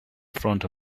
front